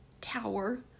tower